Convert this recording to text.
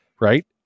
Right